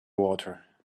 water